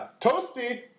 Toasty